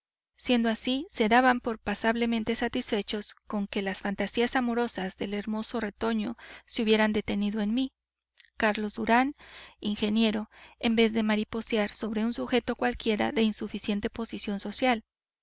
siendo así se daban por pasablemente satisfechos con que las fantasías amorosas del hermoso retoño se hubieran detenido en mí carlos durán ingeniero en vez de mariposear sobre un sujeto cualquiera de insuficiente posición social